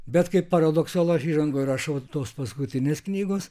bet kaip paradoksalu aš įžangoj rašau tos paskutinės knygos